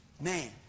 Man